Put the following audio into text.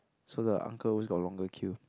so the uncle always got longer queue